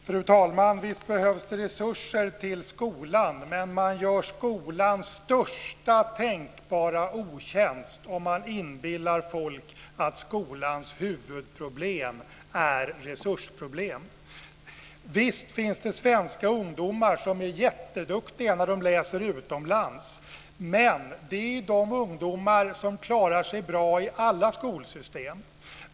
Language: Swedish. Fru talman! Visst behövs det resurser till skolan, men man gör skolan största tänkbara otjänst om man inbillar folk att skolans huvudproblem är resursproblem. Visst finns det svenska ungdomar som är jätteduktiga när de läser utomlands, men det är de ungdomar som klarar sig bra i alla skolsystem.